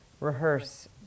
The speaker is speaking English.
rehearse